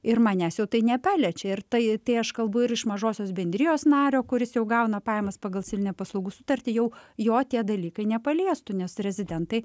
ir manęs jau tai nepaliečia ir tai tai aš kalbu ir iš mažosios bendrijos nario kuris jau gauna pajamas pagal civilinę paslaugų sutartį jau jo tie dalykai nepaliestų nes rezidentai